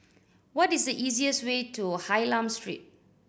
what is the easiest way to Hylam Street